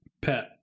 Pet